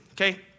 okay